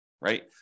right